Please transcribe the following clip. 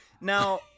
Now